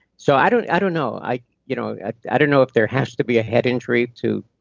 so i don't i don't know. i you know i don't know if there has to be a head injury to